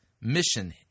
mission